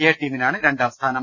A ടീമിനാണ് രണ്ടാം സ്ഥാനം